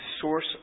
source